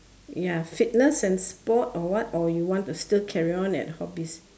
ya fitness and sport or what or you want to still carry on at hobbies